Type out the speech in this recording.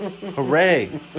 Hooray